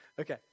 Okay